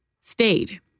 stayed